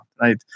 right